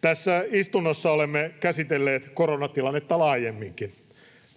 Tässä istunnossa olemme käsitelleet koronatilannetta laajemminkin.